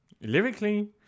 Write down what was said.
Lyrically